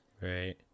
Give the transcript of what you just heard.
Right